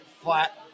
flat